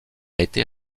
été